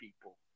people